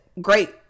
great